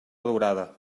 durada